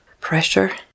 pressure